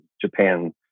Japan